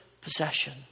possession